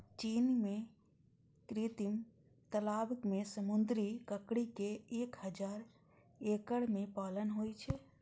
चीन मे कृत्रिम तालाब मे समुद्री ककड़ी के एक हजार एकड़ मे पालन होइ छै